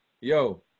yo